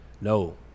No